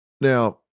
Now